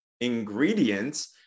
ingredients